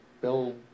Bill